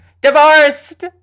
divorced